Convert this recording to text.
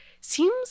seems